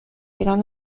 ایران